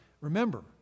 remember